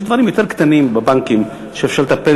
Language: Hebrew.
יש דברים יותר קטנים בבנקים שאפשר לטפל